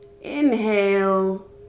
inhale